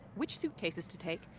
which suitcases to take,